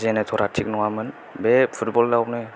जेनेरेट'रा थिग नङामोन बे फुटब लावनो